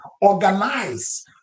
Organize